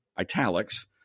italics